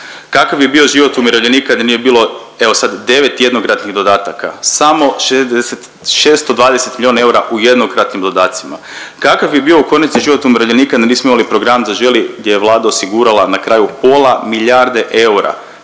Kakav bi bio život umirovljenika da nije bilo, evo sad, 9 jednokratnih dodataka? Samo 60, 620 milijuna eura u jednokratnim dodacima. Kakav bi bio, u konačnici, život umirovljenika da nismo imali program Zaželi gdje je Vlada osigurala na kraju pola milijarde eura,